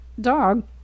dog